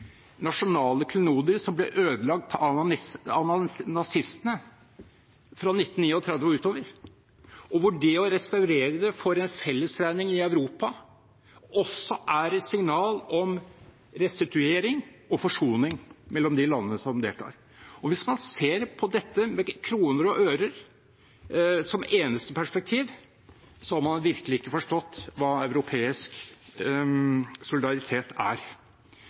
nasjonale klenodier som ble ødelagt av nazistene fra 1939 og utover, at det å restaurere det for en fellesregning i Europa også er et signal om restituering og forsoning mellom landene som deltar. Hvis man ser på dette med kroner og ører som eneste perspektiv, har man virkelig ikke forstått hva europeisk solidaritet er.